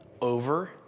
over